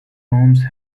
holmes